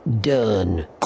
Done